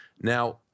Now